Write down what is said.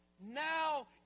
Now